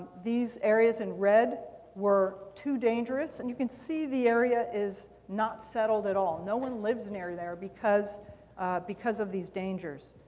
these areas in red were too dangerous. and you can see the area is not settled at all. no one lives and near there because because of these dangers.